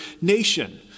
nation